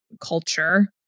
culture